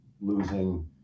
losing